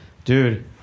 dude